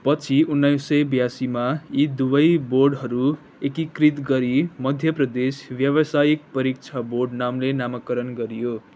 पछि उन्नाइस सय ब्यासीमा यी दुवै बोर्डहरू एकीकृत गरी मध्य प्रदेश व्यावसायिक परीक्षा बोर्ड नामले नामकरण गरियो